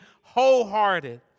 wholehearted